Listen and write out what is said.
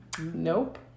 Nope